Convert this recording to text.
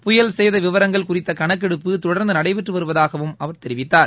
புயல்சேத விவரங்கள் குறித்த கணக்கெடுப்பு தொடர்நது நடைபெற்று வரவதாகவும் அவர் தெரிவித்தார்